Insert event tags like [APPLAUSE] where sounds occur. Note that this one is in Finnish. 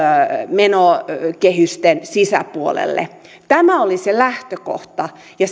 menokehysten sisäpuolelle tämä oli se lähtökohta ja [UNINTELLIGIBLE]